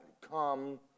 Come